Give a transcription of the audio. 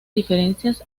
diferencias